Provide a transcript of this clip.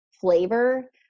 flavor